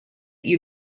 you